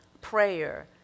prayer